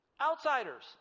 outsiders